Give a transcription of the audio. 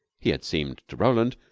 he had seemed to roland,